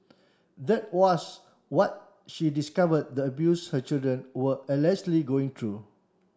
that was what she discovered the abuse her children were allegedly going through